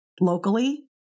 locally